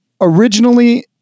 originally